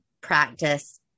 practice